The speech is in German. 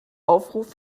aufruf